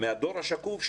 מן הדור השקוף,